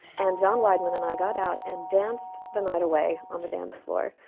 and john weidman and i got out and danced the night away on the dance floor.